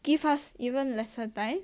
give us even lesser time